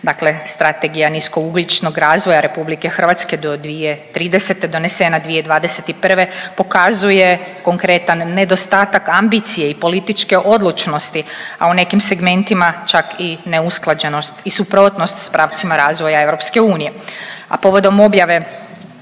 dakle Strategija nisko ugljičnog razvoja Republike Hrvatske do 2030. donesena 2021. pokazuje konkretan nedostatak ambicije i političke odlučnosti, a u nekim segmentima čak i neusklađenost i suprotnost s pravcima razvoja EU. A povodom objave